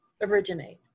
originate